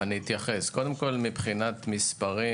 מבחינת מספרים,